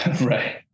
Right